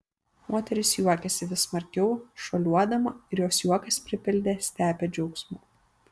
moteris juokėsi vis smarkiau šuoliuodama ir jos juokas pripildė stepę džiaugsmo